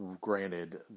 Granted